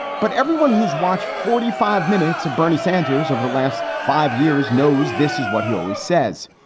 but everyone who's watched forty five minutes, and bernie sanders of the last five years knows this is what he always says.